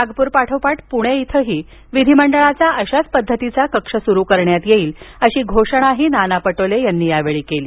नागपूरपाठोपाठ पुणे इथही विधिमंडळाचा अशाच पद्धतीचा कक्ष सुरु करण्यात येईल अशी घोषणाही नाना पटोले यांनी केली